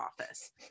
office